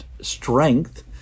strength